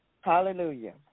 Hallelujah